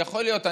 יכול להיות.